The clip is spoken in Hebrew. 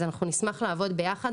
אנחנו נשמח לעבוד ביחד,